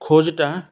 ଖୋଜ ଟା